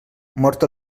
mort